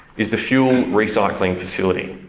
is the fuel recycling facility.